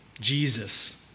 Jesus